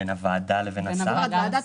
ועדת